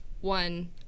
One